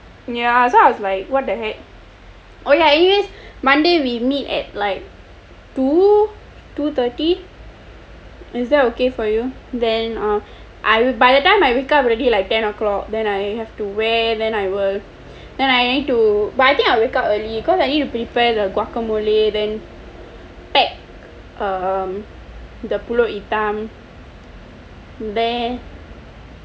ya so I was like what the heck oh ya anyways monday we meet at like two two thirty is that ok for you then err I would by the time I wake up already like ten o clock then I have to wear then I will then I need to but I think I will wake up early cause I need to prepare the guacamole pack uh the pulut hitam then